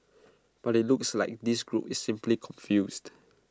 but IT looks like this group is simply confused